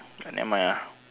ah never mind ah